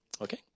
Okay